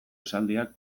esaldiak